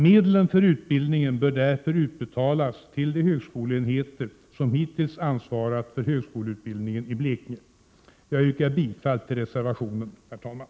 Medlen för utbildningen bör därför utbetalas till de högskoleenheter som hittills ansvarat för högskoleutbildningen i Blekinge. Jag yrkar bifall till reservationen, herr talman.